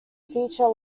feature